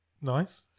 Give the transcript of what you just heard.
Nice